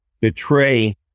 betray